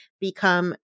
become